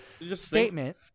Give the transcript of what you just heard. statement